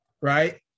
Right